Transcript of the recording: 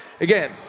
Again